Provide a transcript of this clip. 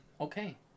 okay